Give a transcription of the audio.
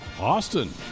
Austin